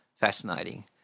fascinating